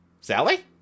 Sally